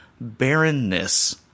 barrenness